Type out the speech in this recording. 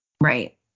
Right